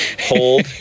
hold